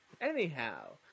Anyhow